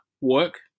work